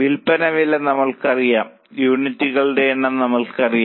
വിൽപ്പന വില നമ്മൾക്കറിയാം യൂണിറ്റുകളുടെ എണ്ണം നമ്മൾക്കറിയാം